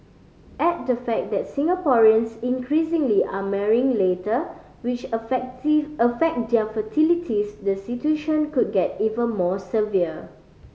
add the fact that Singaporeans increasingly are marrying later which affect their fertilities the situation could get even more severe